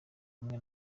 kumwe